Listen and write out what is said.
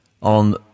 on